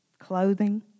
Clothing